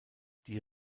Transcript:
die